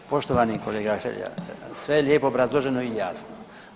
Poštovani kolega Hrelja sve je lijepo obrazloženo i jasno.